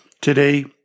Today